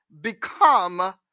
become